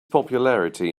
popularity